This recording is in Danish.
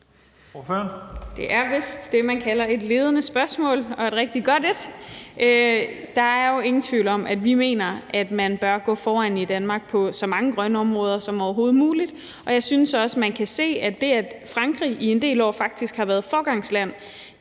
Det er vist det, man kalder et ledende spørgsmål og et rigtig godt et. Der er jo ingen tvivl om, at vi mener, at man bør gå foran i Danmark på så mange grønne områder som overhovedet muligt. Jeg synes også, at man kan se, at det, at Frankrig i en del år faktisk har været foregangsland,